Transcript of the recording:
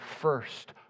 first